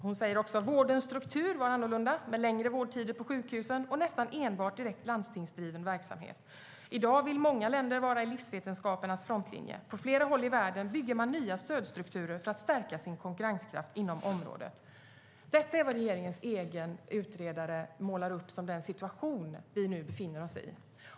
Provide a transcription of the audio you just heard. Hon skriver vidare: "Vårdens struktur var också annorlunda, med längre vårdtider på sjukhusen och nästan enbart direkt landstingsdriven verksamhet. I dag vill många länder vara i livsvetenskapernas frontlinje. På flera håll i världen bygger man nya stödstrukturer för att stärka sin konkurrenskraft inom området." Detta är vad regeringens egen utredare målar upp som den situation vi befinner oss i.